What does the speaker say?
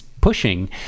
pushing